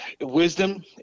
wisdom